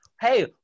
Hey